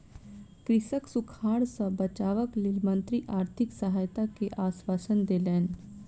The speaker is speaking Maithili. कृषकक सूखाड़ सॅ बचावक लेल मंत्री आर्थिक सहायता के आश्वासन देलैन